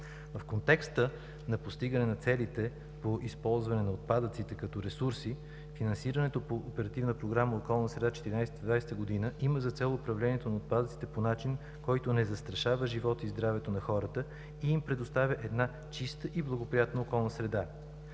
В контекста на постигане на целите по използване на отпадъците, като ресурси, финансирането по Оперативна програма „Околна среда 2014 – 2020 г.“ има за цел управлението на отпадъците по начин, който не застрашава живота и здравето на хората и им предоставя една чиста и благоприятна околна среда.